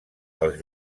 els